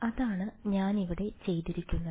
അതാണ് ഞാൻ ഇവിടെ ചെയ്തിരിക്കുന്നത്